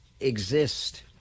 exist